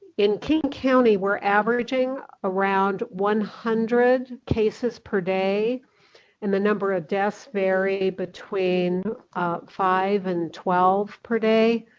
in king county we are averaging around one hundred cases per day and the number of deaths vary between five and twelve per day.